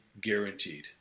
guaranteed